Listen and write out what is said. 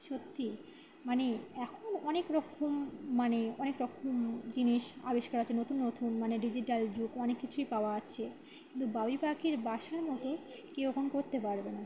সত্যি মানে এখন অনেক রকম মানে অনেক রকম জিনিস আবিষ্কার আছে নতুন নতুন মানে ডিজিটাল যুগ অনেক কিছুই পাওয়া যাচ্ছে কিন্তু বাবুই পাখির বাসার মতো কেউ কখনও করতে পারবে না